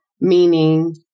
meaning